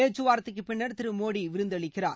பேச்சுவார்த்தைக்கு பின்னா் திரு மோடி விருந்தளிக்கிறார்